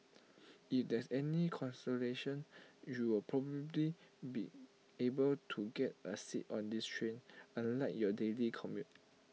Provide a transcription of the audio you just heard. if that's any consolation you'll probably be able to get A seat on these trains unlike your daily commute